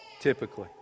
typically